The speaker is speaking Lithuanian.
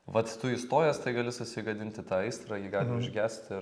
vat tu įstojęs tai gali susigadinti tą aistrą ji gali užgest ir